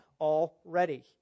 already